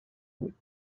would